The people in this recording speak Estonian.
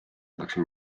läksin